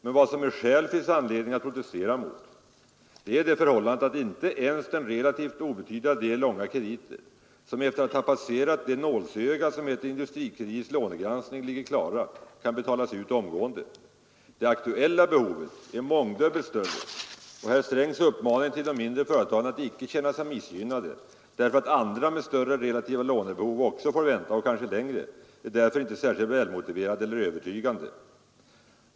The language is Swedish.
Men vad som med skäl finns anledning att protestera mot, det är det förhållandet att icke ens den relativt obetydliga del långa krediter, som efter att ha passerat det nålsöga som heter Industrikredits lånegranskning ligger klara, kan betalas ut omgående. Det aktuella behovet är mångdubbelt större, och herr Strängs uppmaning till de mindre företagen att icke känna sig missgynnade därför att andra med större relativa lånebehov också får vänta, kanske längre, är därför inte särskilt välmotiverad eller övertygande.